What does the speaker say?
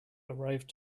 arrived